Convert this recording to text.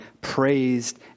praised